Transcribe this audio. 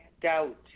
doubt